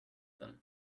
them